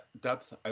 depth